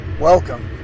Welcome